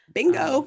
Bingo